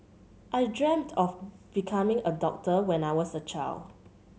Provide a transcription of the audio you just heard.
I dreamt of becoming a doctor when I was a child